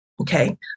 okay